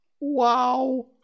Wow